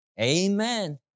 Amen